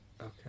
Okay